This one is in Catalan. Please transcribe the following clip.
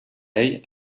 ell